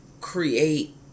create